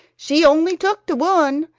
she only took de one.